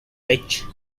which